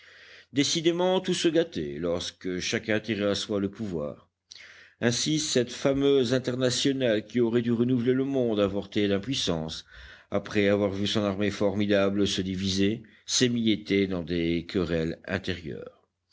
décidément tout se gâtait lorsque chacun tirait à soi le pouvoir ainsi cette fameuse internationale qui aurait dû renouveler le monde avortait d'impuissance après avoir vu son armée formidable se diviser s'émietter dans des querelles intérieures